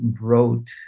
wrote